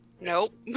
Nope